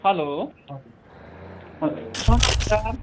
hello हजुर sir नमस्कार